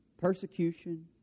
persecution